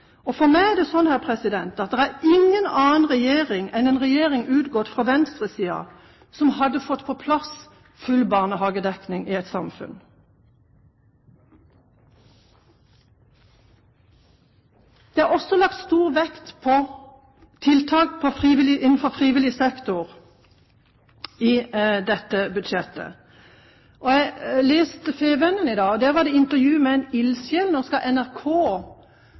For meg er det sånn at ingen annen regjering enn en regjering utgått fra venstresiden hadde fått på plass full barnehagedekning i et samfunn. Det er også lagt stor vekt på tiltak innenfor frivillig sektor i dette budsjettet. Jeg leste Fædrelandsvennen i dag, der var det intervju med en ildsjel – NRK skal